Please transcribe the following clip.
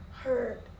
hurt